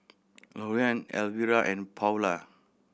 Lorean Alvira and Paola